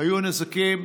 היו נזקים